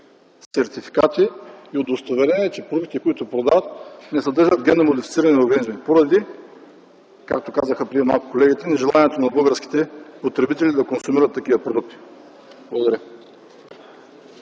сертификати и удостоверения, че продуктите, които продават, не съдържат генно модифицирани организми поради, както казаха преди малко колегите, нежеланието на българските потребители да консумират такива продукти. Благодаря.